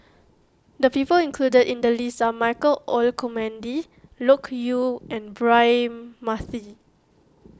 the people included in the list are Michael Olcomendy Loke Yew and Braema Mathi